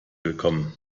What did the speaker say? willkommen